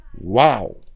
Wow